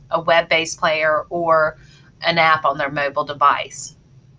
a web-based player, or an app on their mobile device.